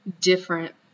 different